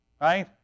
right